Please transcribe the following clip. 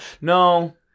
no